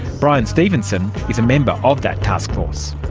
bryan stevenson is a member of that task force.